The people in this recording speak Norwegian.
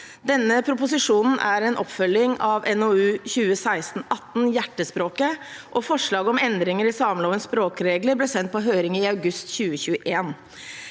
Denne proposisjonen er en oppfølging av NOU 2016: 18, Hjertespråket, og forslag om endringer i samelovens språkregler ble sendt på høring i august 2021.